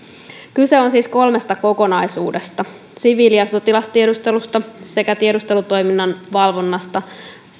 kyse on siis kolmesta kokonaisuudesta siviili ja sotilastiedustelusta sekä tiedustelutoiminnan valvonnasta